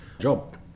job